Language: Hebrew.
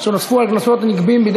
אינה